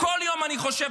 כל יום אני חושב,